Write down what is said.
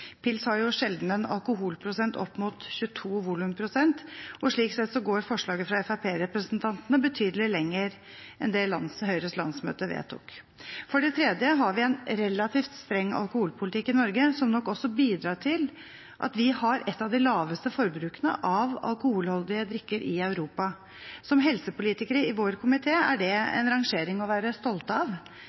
Pils har jo sjelden en alkoholprosent opp mot 22 volumprosent, og slik sett går forslaget fra Fremskrittsparti-representantene betydelig lenger enn det Høyres landsmøte vedtok. For det tredje har vi en relativt streng alkoholpolitikk i Norge, noe som nok også bidrar til at vi har et av de laveste forbrukene av alkoholholdige drikker i Europa. For helsepolitikere i vår komité er det en rangering å være stolt av.